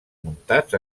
muntats